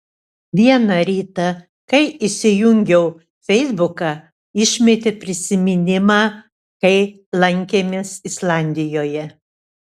vieną rytą kai įsijungiau feisbuką išmetė prisiminimą kai lankėmės islandijoje